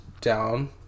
down